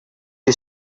you